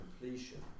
completion